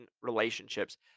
relationships